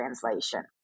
Translation